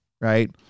Right